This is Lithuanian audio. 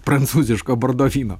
prancūziško bordo vyno